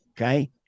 okay